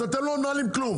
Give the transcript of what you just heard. אז אתם לא מנהלים דבר,